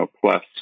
Plus